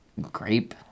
grape